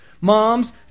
moms